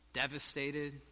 devastated